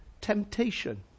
temptation